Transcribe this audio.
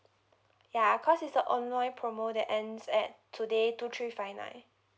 ya cause it's the online promo that ends at today two three five nine